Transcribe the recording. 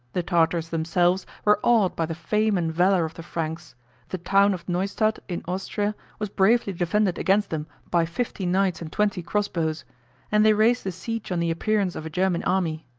the tartars themselves were awed by the fame and valor of the franks the town of newstadt in austria was bravely defended against them by fifty knights and twenty crossbows and they raised the siege on the appearance of a german army.